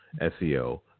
SEO